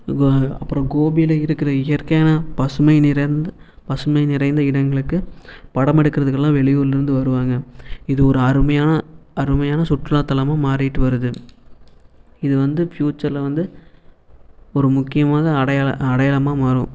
அப்புறோம் கோபியில் இருக்கற இயற்கையான பசுமை நிறைந்த பசுமை நிறைந்த இடங்களுக்கு படம் எடுக்கிறதுக்கலாம் வெளியூர்லேந்து வருவாங்கள் இது ஒரு அருமையான அருமையான சுற்றுலா தளமாக மாறிகிட்டு வருது இது வந்து ஃபியூச்சரில் வந்து ஒரு முக்கியமான அடையாள அடையாளமாக மாறும்